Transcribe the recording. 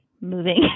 moving